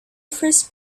first